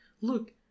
Look